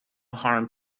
harm